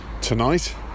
tonight